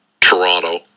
Toronto